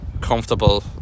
comfortable